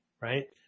right